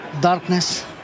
darkness